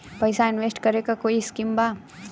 पैसा इंवेस्ट करे के कोई स्कीम बा?